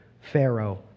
Pharaoh